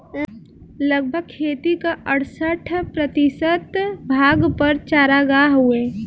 लगभग खेती क अड़सठ प्रतिशत भाग पर चारागाह हउवे